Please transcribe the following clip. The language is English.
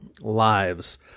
lives